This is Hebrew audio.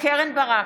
קרן ברק,